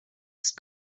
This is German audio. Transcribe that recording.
ist